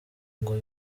ngo